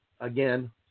again